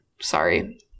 sorry